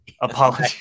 Apology